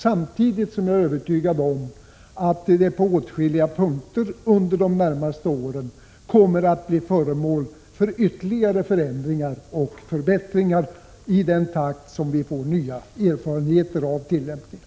Samtidigt är jag övertygad om att det under de närmaste åren på åtskilliga punkter kommer att bli föremål för ytterligare förändringar och förbättringar i den takt som vi får erfarenheter av tillämpningen.